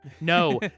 No